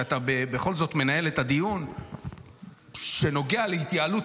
כי אתה בכל זאת מנהל את הדיון שנוגע להתייעלות